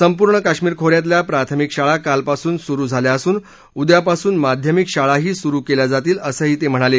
संपूर्ण कश्मीर खो यातल्या प्राथमिक शाळा कालपासून सुरु झाल्या असून उद्या पासून माध्यमिक शाळाही सुरु केल्या जातील असंही ते म्हणाले